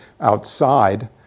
outside